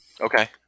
Okay